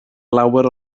lawer